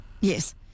Yes